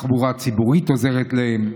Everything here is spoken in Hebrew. התחבורה הציבורית עוזרת להם.